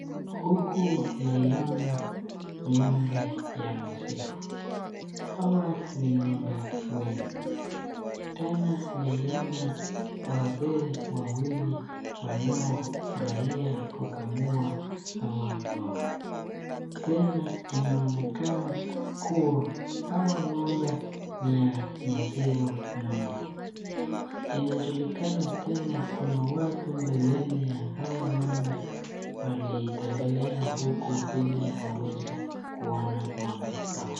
Huku naiona ng'ombe ya maziwa. Hawa ni ng'ombe wengi. Tena naiona wazee wawili wanao furahia kukamua hawa ng'ombe. Tena inaonekana kuwa hawa ng'ombe ni ya maziwa mno. Inajulikana tena kuna watu mbeleni ya hawa ng'ombe walitembelea huku ili waweze kuona ng'ombe hawa.